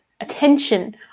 attention